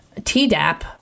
tdap